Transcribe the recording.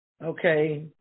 Okay